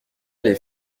les